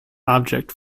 object